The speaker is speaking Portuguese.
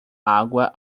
água